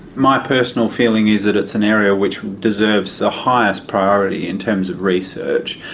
my personal feeling is that it's an area which deserves the highest priority in terms of research.